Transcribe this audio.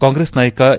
ಕಾಂಗ್ರೆಸ್ ನಾಯಕ ಎ